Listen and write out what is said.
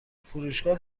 فروشگاه